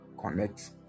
connect